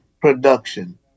production